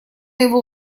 его